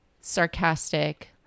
sarcastic